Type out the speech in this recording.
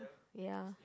ya